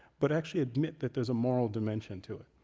but actually admit that there's a moral dimension to it,